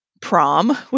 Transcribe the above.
prom